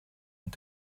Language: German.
und